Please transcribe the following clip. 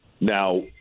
Now